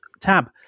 tab